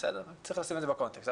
צריך לשים את זה בקונטקסט.